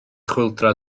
chwyldro